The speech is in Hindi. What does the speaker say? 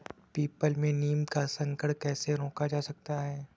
पीपल में नीम का संकरण कैसे रोका जा सकता है?